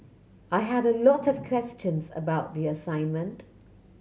I had a lot of questions about the assignment